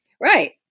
Right